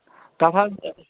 تَل حظ